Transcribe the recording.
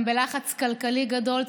גם בלחץ כלכלי גדול.